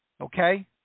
Okay